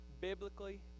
biblically